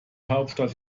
hauptstadt